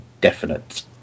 definite